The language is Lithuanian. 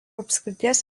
apskrities